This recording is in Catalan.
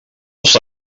els